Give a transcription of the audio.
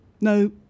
No